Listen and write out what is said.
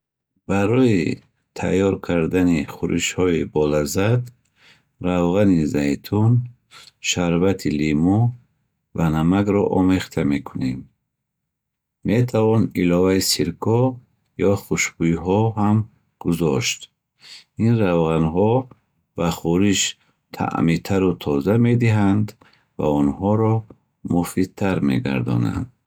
Барои тайёр кардани хӯришҳои болаззат равғани зайтун, шарбати лимӯ ва намакро омехта мекунем. Метавон иловаи сирко ё хушбӯйҳо ҳам гузошт. Ин равғанҳо ба хӯриш таъми тару тоза медиҳанд ва онҳоро муфидтар мегардонанд.